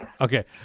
Okay